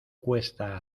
cuesta